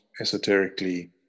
esoterically